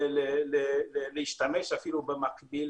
בין החיסונים ולהשתמש אפילו במקביל